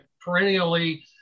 perennially